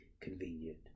convenient